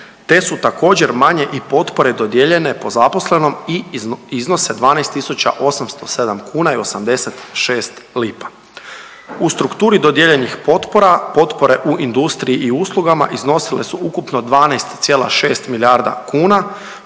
te su također, manje i potpore dodijeljene po zaposlenom i iznose 12 807,86 kn. U strukturi dodijeljenih potpora, potpore u industriji i uslugama iznosile su ukupno 12,6 milijarda kuna,